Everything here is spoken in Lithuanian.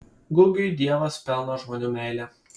gugiui dievas pelno žmonių meilę